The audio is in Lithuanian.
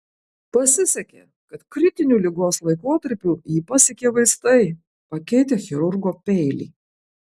pasisekė kad kritiniu ligos laikotarpiu jį pasiekė vaistai pakeitę chirurgo peilį